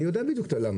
אתם יודעים למה?